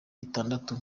itandatu